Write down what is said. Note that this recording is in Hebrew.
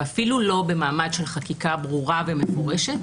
אפילו לא במעמד של חקיקה ברורה ומפורשת.